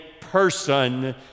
person